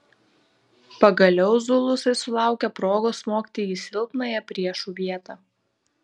pagaliau zulusai sulaukė progos smogti į silpnąją priešų vietą